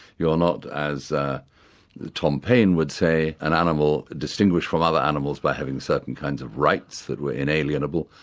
you're not as ah tom payne would say, an animal distinguished from other animals by having certain kinds of rights that were inalienable,